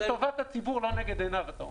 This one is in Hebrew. אתה אומר שטובת הציבור לא לנגד עיניו.